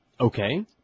Okay